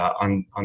on